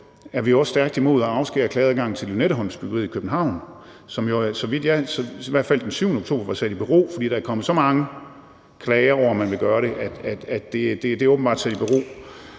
er vi også stærkt imod at afskære klageadgangen til byggeriet på Lynetteholmen i København, som i hvert fald den 7. oktober var sat i bero, fordi der er kommet så mange klager over, at man vil gøre det. Det er svært at stå